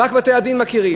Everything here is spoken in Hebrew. רק את בתי-הדין מכירים.